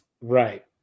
right